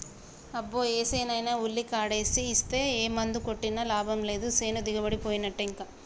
అబ్బో ఏసేనైనా ఉల్లికాడేసి ఇస్తే ఏ మందు కొట్టినా లాభం లేదు సేను దిగుబడిపోయినట్టే ఇంకా